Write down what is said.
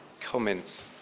comments